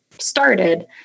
started